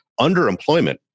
Underemployment